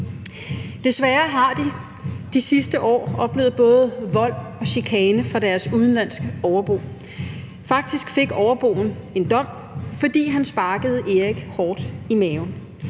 Desværre har de i de sidste år oplevet både vold og chikane fra deres udenlandske overbo. Faktisk fik overboen en dom, fordi han sparkede Erik hårdt i maven.